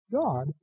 God